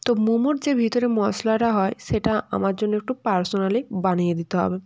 তো মোমোর যে ভিতরে মশলাটা হয় সেটা আমার জন্য একটু পার্সোনালি বানিয়ে দিতে হবে